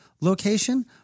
location